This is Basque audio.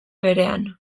berean